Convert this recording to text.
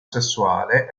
sessuale